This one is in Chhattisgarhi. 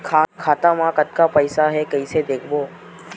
खाता मा कतका पईसा हे कइसे देखबो?